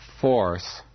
force